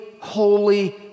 holy